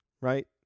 right